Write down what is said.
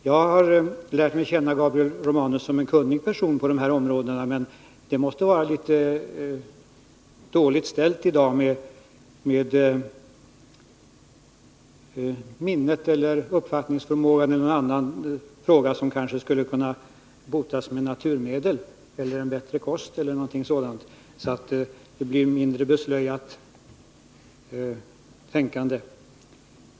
Jag har lärt känna Gabriel Romanus som en kunnig person på dessa områden. Men det måste vara litet dåligt ställt i dag med minnet eller uppfattningsförmågan eller något annat. Det skulle kanske kunna botas med naturmedel, bättre kost eller något dylikt, så att tänkandet blir mindre beslöjat.